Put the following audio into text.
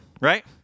right